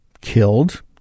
killed